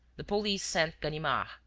the police sent ganimard.